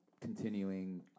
continuing